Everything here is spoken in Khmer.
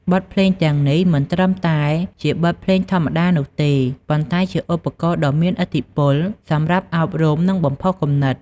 បទចម្រៀងទាំងនេះមិនត្រឹមតែជាបទភ្លេងធម្មតានោះទេ ប៉ុន្តែជាឧបករណ៍ដ៏មានឥទ្ធិពលសម្រាប់ អប់រំ និងបំផុសគំនិត។